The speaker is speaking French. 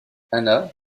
hanna